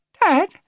dad